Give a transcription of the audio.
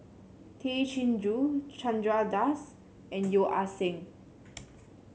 Tay Chin Joo Chandra Das and Yeo Ah Seng